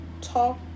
Talk